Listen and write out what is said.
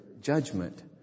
judgment